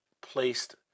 placed